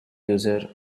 user